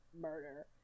murder